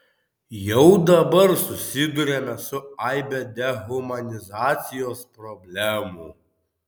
jau dabar susiduriame su aibe dehumanizacijos problemų